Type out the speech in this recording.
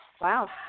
Wow